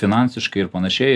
finansiškai ir panašiai